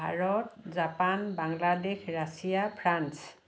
Bharat Japan Bangladesh Russia France